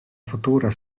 futura